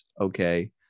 okay